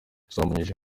yasambanyije